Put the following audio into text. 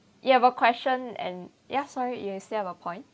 you have a question and ya sorry you have said about point